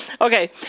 Okay